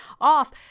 off